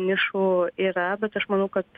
nišų yra bet aš manau kad